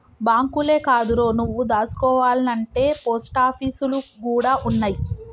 బాంకులే కాదురో, నువ్వు దాసుకోవాల్నంటే పోస్టాపీసులు గూడ ఉన్నయ్